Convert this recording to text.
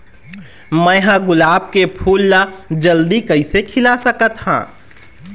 मैं ह गुलाब के फूल ला जल्दी कइसे खिला सकथ हा?